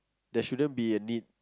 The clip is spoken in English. there shouldn't be a need